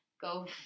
go